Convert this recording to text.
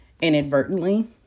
inadvertently